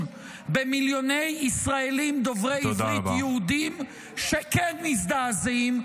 במיליוני ישראלים דוברי עברית יהודים שכן מזדעזעים,